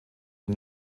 der